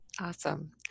awesome